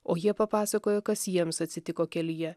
o jie papasakojo kas jiems atsitiko kelyje